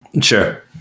Sure